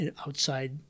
outside